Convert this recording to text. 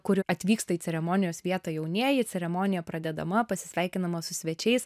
kur atvyksta į ceremonijos vietą jaunieji ceremonija pradedama pasisveikinama su svečiais